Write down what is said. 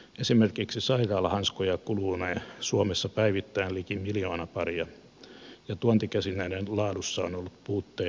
esimerkiksi sairaalahanskoja kulunee suomessa päivittäin liki miljoona paria ja tuontikäsineiden laadussa on ollut puutteita